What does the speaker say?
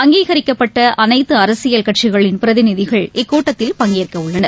அங்கீகரிக்கப்பட்ட அனைத்து அரசியல் கட்சிகளின் பிரதிநிதிகள் இக்கூட்டத்தில் பங்கேற்க உள்ளனர்